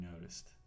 noticed